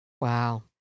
Wow